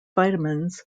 vitamins